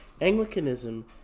anglicanism